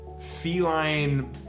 feline